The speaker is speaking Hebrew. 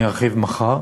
אני ארחיב מחר.